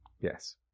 yes